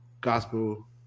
gospel